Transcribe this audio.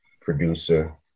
producer